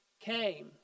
came